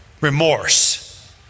remorse